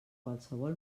qualsevol